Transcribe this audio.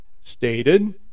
stated